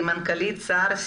מנכ"לית סה"ר,